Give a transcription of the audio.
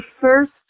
first